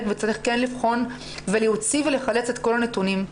וצריך כן לבחון ולהוציא ולחלץ את כל הנתונים,